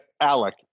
Alec